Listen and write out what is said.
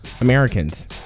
Americans